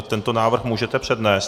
Tento návrh můžete přednést.